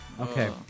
Okay